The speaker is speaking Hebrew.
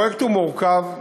הפרויקט הוא מורכב,